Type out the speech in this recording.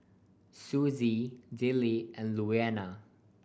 Susie Dillie and Louanna